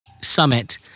summit